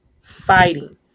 fighting